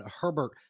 Herbert